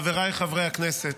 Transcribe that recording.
חבריי חברי הכנסת,